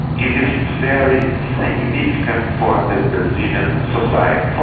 it is very significant for the brazilian society,